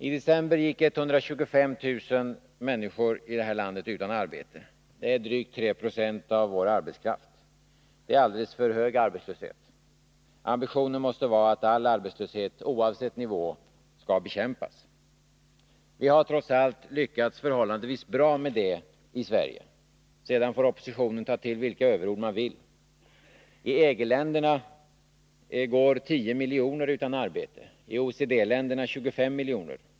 I december gick 125 000 människor utan arbete i Sverige. Det är drygt 3 2o av vår arbetskraft. Det är alldeles för hög arbetslöshet. Ambitionen måste vara att all arbetslöshet — oavsett nivå — skall bekämpas. Vi har trots allt lyckats förhållandevis bra med det i Sverige. Sedan får oppositionen ta till vilka överord man vill. I EG-länderna går 10 miljoner utan arbete och i OECD-länderna 25 miljoner.